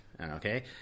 Okay